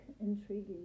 intriguing